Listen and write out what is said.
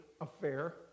affair